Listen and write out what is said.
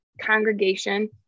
congregation